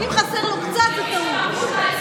אם חסר לו קצת, זה טעות.